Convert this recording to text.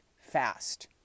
fast